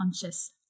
conscious